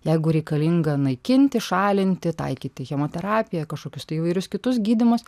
jeigu reikalinga naikinti šalinti taikyti chemoterapiją kažkokius tai įvairius kitus gydymus